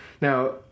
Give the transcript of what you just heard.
Now